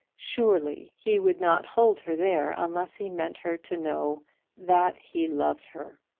surely he would not hold her there unless he meant her to know that he loved her.